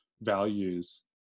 values